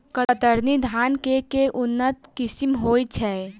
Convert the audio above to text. कतरनी धान केँ के उन्नत किसिम होइ छैय?